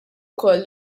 ukoll